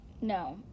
No